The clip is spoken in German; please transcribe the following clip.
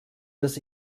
das